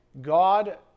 God